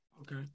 Okay